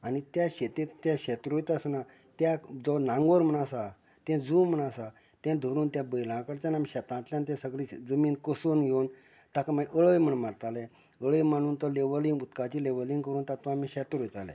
आनी तें शेतेत तें शेत रोयता आसतना त्या जो नांगोर म्हण आसा तें जुंव म्हण आसा तें धरून तें बैलां कडच्यान आमी शेतांतल्यान तें सगळें जमीन कसून घेवन ताका मागीर अळय म्हण मारताले अळय मारून तो लेवलिंग उदकांचे लेवलिंग करून तातूंत आमी शेत रोयताले